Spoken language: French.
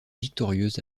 victorieuses